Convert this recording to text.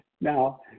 Now